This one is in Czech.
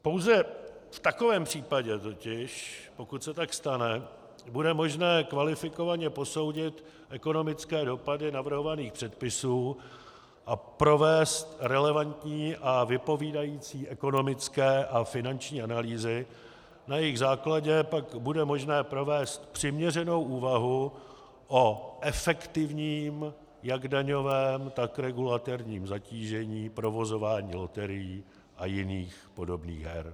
Pouze v takovém případě totiž, pokud se tak stane, bude možné kvalifikovaně posoudit ekonomické dopady navrhovaných předpisů a provést relevantní a vypovídající ekonomické a finanční analýzy, na jejichž základě pak bude možné provést přiměřenou úvahu o efektivním jak daňovém, tak regulatorním zatížení provozování loterií a jiných podobných her.